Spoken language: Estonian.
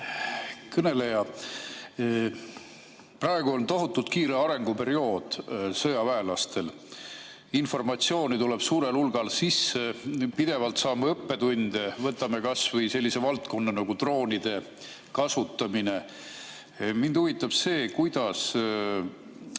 kõneleja! Praegu on tohutult kiire arenguperiood sõjaväelastel, informatsiooni tuleb suurel hulgal sisse, pidevalt saame õppetunde. Võtame kas või sellise valdkonna nagu droonide kasutamine. Mind huvitab see, kuidas